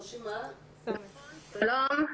שלום,